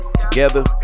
together